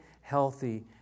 healthy